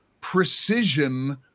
precision